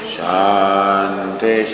Shanti